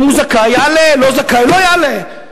אם הוא זכאי, יעלה, לא זכאי, לא יעלה.